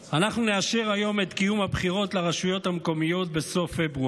אנחנו נאשר היום את קיום הבחירות לרשויות המקומיות בסוף פברואר.